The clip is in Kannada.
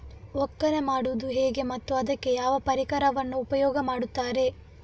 ಒಕ್ಕಣೆ ಮಾಡುವುದು ಹೇಗೆ ಮತ್ತು ಅದಕ್ಕೆ ಯಾವ ಪರಿಕರವನ್ನು ಉಪಯೋಗ ಮಾಡುತ್ತಾರೆ?